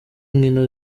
nkino